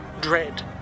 dread